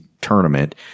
tournament